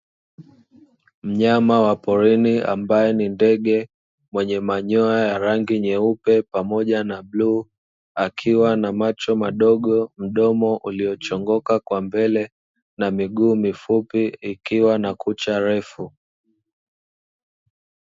Mnyama wa porini ambaye ni ndege, mwenye manyoya ya rangi nyeupe pamoja na bluu akiwa na macho madogo, mdomo uliyochongoka kwa mbele, na miguu mifupi ikiwa na kucha refu.